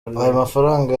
mafaranga